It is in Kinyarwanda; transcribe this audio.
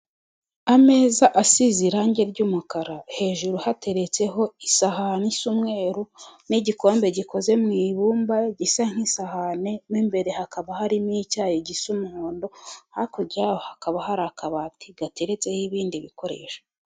Ameza asize irangi ry'umukara, hejuru hateretseho isahani isa umweru n'igikombe gikoze mu ibumba gisa nk'isahani, mu imbere hakaba harimo icyayi gisa umuhondo, hakurya hakaba hari akabati gateretseho ibindi bikoresho.